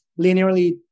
linearly